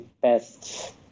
best